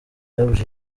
leta